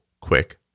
quick